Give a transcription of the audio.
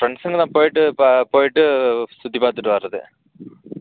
பிரண்ட்ஸ்சுங்களா போயிட்டு போயிட்டு சுற்றி பார்த்துட்டு வரது